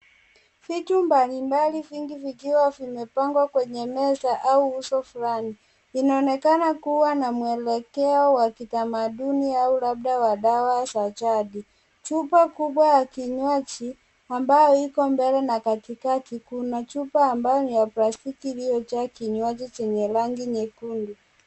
Vitu mbalimabli vingi vikiwa vimepangwa kwenye meza au uso fulani. Vinaonekana kuwa na mwelekeo wa kitamaduni au labda wa dawa za jadi. Chupa kubwa ya kinywaji ambayo iko mbele na katikati. Kuna chupa ambayo ni ya plastiki iliyojaa kinywaji chenye rangi nyekundu.